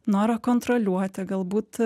norą kontroliuoti galbūt